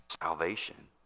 salvation